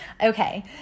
Okay